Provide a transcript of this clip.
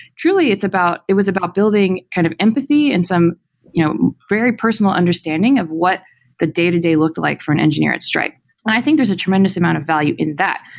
truly it's about, it was about building kind of empathy and some you know very personal understanding of what the day-to-day looked like for an engineer at stripe i think there's a tremendous amount of value in that,